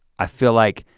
i feel like